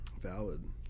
Valid